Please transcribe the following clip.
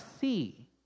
see